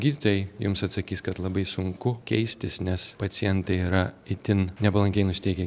gydytojai jums atsakys kad labai sunku keistis nes pacientai yra itin nepalankiai nusiteikę